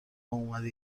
اومدی